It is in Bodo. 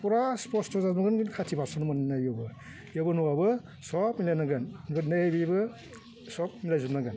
फुरा स्फस्थ' जाजोबगोन खिन्थु खाथि बारस'नो मोन्नाय नङा बेयावबो न'आवबो सब मिलायनांगोन नैबेबो सब मिलायजोबनांगोन